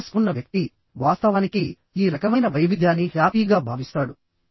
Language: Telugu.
అధిక SQ ఉన్న వ్యక్తి వాస్తవానికి ఈ రకమైన వైవిధ్యాన్ని హ్యాపీ గా భావిస్తాడు